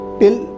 till